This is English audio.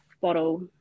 bottle